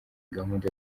gahunda